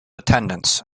attendance